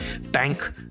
Bank